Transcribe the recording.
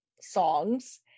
songs